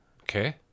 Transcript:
Okay